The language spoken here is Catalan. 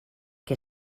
que